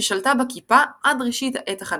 ששלטה בכיפה עד ראשית העת החדשה.